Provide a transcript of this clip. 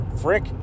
Frick